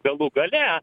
galų gale